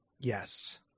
Yes